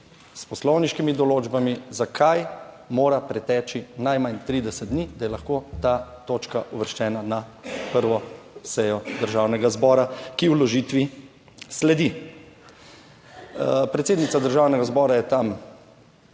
s poslovniškimi določbami, zakaj mora preteči najmanj 30 dni, da je lahko ta točka uvrščena na prvo sejo Državnega zbora, ki vložitvi sledi. Predsednica Državnega zbora je tam